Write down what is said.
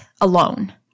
alone